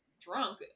drunk